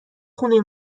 خونه